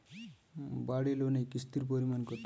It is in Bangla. বাড়ি লোনে কিস্তির পরিমাণ কত?